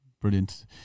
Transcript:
brilliant